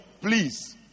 please